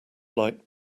light